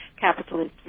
capitalist